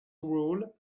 rule